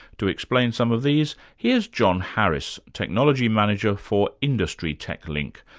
to explain some of these, here is john harris, technology manager for industry techlink,